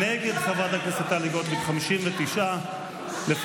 נגד חברת הכנסת טלי גוטליב, 59. בושה.